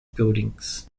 buildings